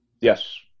Yes